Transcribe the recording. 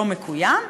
לא מקוים,